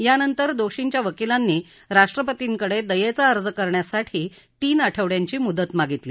यानंतर दोषींच्या वकिलांनी राष्ट्रपतींकडे दयेचा अर्ज करण्यासाठी तीन आठवड्यांची मुदत मागितली